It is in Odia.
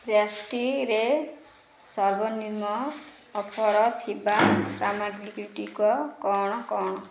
ପ୍ୟାଷ୍ଟ୍ରିରେ ସର୍ବନିମ୍ନ ଅଫର୍ ଥିବା ସାମଗ୍ରୀ ଗୁଡ଼ିକ କ'ଣ କ'ଣ